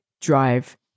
drive